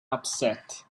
upset